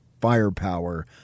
firepower